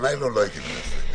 על ניילון לא הייתי מנסה.